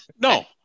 No